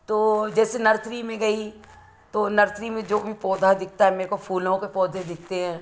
तो जैसे नर्सरी में गई तो नर्सरी में जो भी पौधा दिखता है मेरे को फूलों के पौधे दिखते हैं